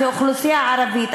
כאוכלוסייה ערבית,